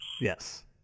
Yes